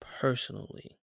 personally